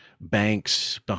banks